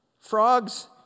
Frogs